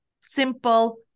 simple